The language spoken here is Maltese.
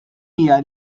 hija